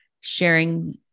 sharing